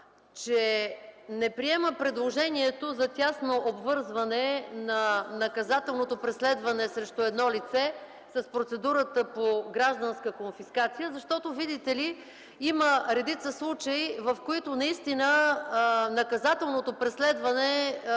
че не приема предложението за тясно обвързване на наказателното преследване срещу едно лице с процедурата по гражданска конфискация, защото, видите ли, има редица случаи, в които наистина наказателното преследване